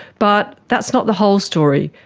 but that's not the whole story.